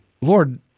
Lord